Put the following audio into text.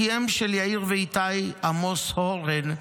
אחיהם של יאיר ואיתי, עמוס הורן,